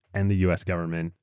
and the us government,